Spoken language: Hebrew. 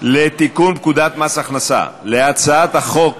לתיקון פקודת מס הכנסה (מס' 226). להצעת החוק